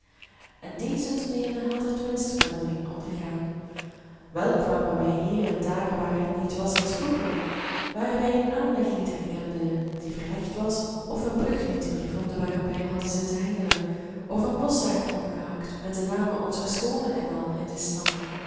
en deze tooneelen hadden het minst verandering ondergaan wel kwamen wij hier en daar waar het niet was als vroeger waar wij een aanleg niet herkenden die verlegd was of een brug niet meer vonden waarop wij hadden zitten hengelen of een bosch zagen omgehakt met de namen onzer schoonen en al in de stammen